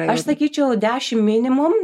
aš sakyčiau dešimt minimum